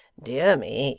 dear me